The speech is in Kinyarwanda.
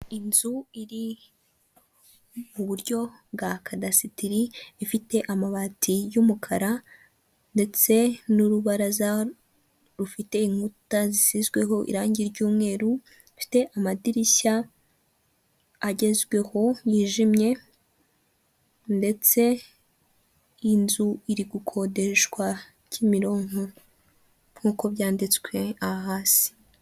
Inzu iri muburyo bwa kadasitiri ifite amabati y'umukara ndetse n'urubaraza rufite inkuta zisizweho irangi ry'umweru, ifite amadirishya agezweho yijimye ndetse iyinzu iri gukodeshwa kimironko nk'uko byanditswe aha hasi.